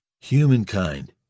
Humankind